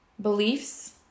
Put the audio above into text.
beliefs